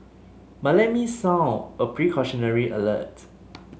but let me sound a precautionary alert